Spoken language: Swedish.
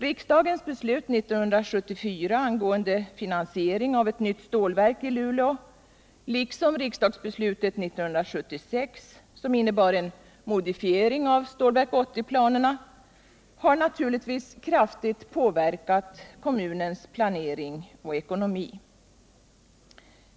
Riksdagens beslut 1974 angående finansiering av ett nytt stålverk i Luleå liksom riksdagsbeslutet 1976, som innebar en modifiering av Stålverk 80 planerna, har naturligtvis kraftigt påverkat kommunens planering och ekonomi.